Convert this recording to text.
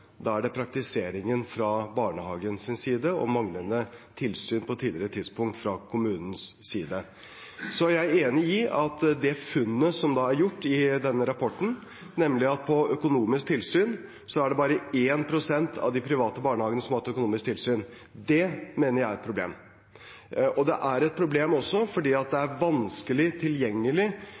da skyldes det praktiseringen fra barnehagens side og manglende tilsyn på et tidligere tidspunkt fra kommunens side. Jeg er enig i at det funnet som er gjort kjent i rapporten, nemlig at det er bare 1 pst. av de private barnehagene som har hatt økonomisk tilsyn, er et problem. Det er et problem også fordi det er vanskelig